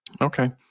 Okay